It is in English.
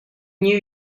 new